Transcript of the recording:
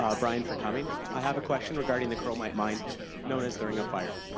um brian, for coming. i have a question regarding the chromite mine known as the ring of fire.